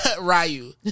Ryu